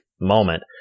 moment